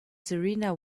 serena